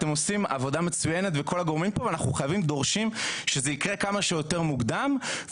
אתם עושים עבודה מצוינת ואנחנו דורשים שזה יקרה כמה שיותר מוקדם.